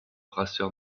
brasseur